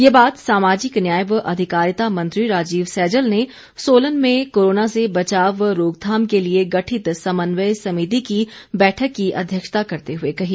ये बात सामाजिक न्याय व अधिकारिता मंत्री राजीव सैजल ने सोलन में कोरोना से बचाव व रोकथाम के लिए गठित समन्वय समिति की बैठक की अध्यक्षता करते हुए कही